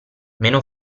meno